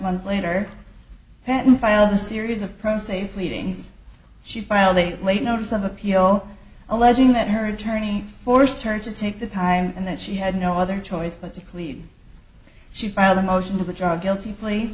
months later patton filed a series of pro se pleadings she filed a late notice of appeal alleging that her attorney forced her to take the time and that she had no other choice but to leave she filed a motion to withdraw guilty ple